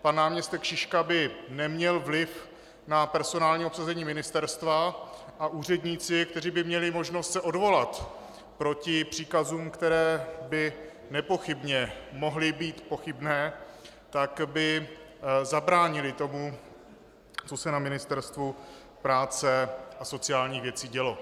Pan náměstek Šiška by neměl vliv na personální obsazení ministerstva a úředníci, kteří by měli možnost se odvolat proti příkazům, které by nepochybně mohly být pochybné, by zabránili tomu, co se na Ministerstvu práce a sociálních věcí dělo.